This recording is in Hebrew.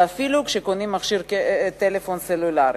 ואפילו כשקונים מכשיר טלפון סלולרי.